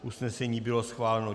Usnesení bylo schváleno.